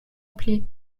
appelé